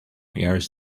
airs